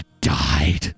died